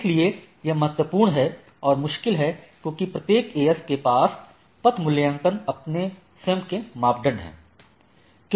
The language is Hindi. इसलिए यह महत्वपूर्ण है और मुश्किल है क्योंकि प्रत्येक AS के पास पथ मूल्यांकन के अपने स्वयं के मानदंड हैं